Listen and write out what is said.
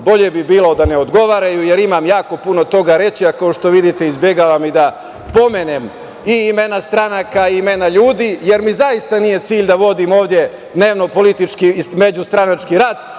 bolje bi bilo da ne odgovaraju, jer imam jako puno toga reći, a kao što vidite izbegavam i da pomenem imena stranaka i imena ljudi, jer mi zaista nije cilj da vodim ovde dnevno politički i međustranački rat,